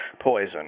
poison